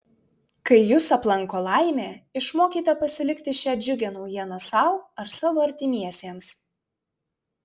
kai jus aplanko laimė išmokite pasilikti šią džiugią naujieną sau ar savo artimiesiems